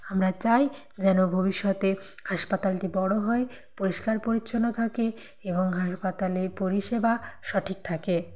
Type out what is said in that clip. আমরা চাই যেন ভবিষ্যতে হাসপাতালটি বড়ো হয় পরিষ্কার পরিচ্ছন্ন থাকে এবং হাসপাতালে পরিষেবা সঠিক থাকে